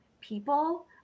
People